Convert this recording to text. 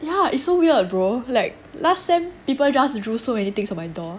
yeah it's so weird brother like last time people just drew so many things on my door